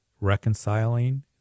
reconciling